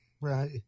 Right